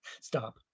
stop